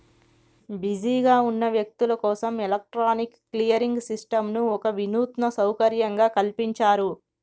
బిజీగా ఉన్న వ్యక్తులు కోసం ఎలక్ట్రానిక్ క్లియరింగ్ సిస్టంను ఒక వినూత్న సౌకర్యంగా కల్పించారు